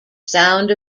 sound